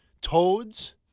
Toads